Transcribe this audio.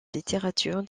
littérature